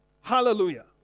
Hallelujah